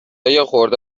یخورده